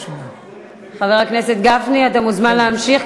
חבר הכנסת גפני, אתה מוזמן להמשיך.